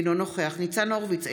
אינו נוכח ניצן הורוביץ,